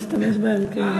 תשתמש בהן כהבנתך.